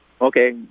Okay